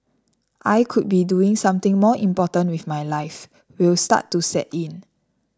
I could be doing something more important with my life will start to set in